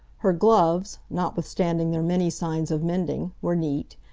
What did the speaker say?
her gloves, notwithstanding their many signs of mending, were neat,